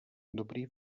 dobrý